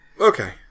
Okay